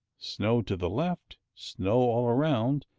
snow to the left, snow all around,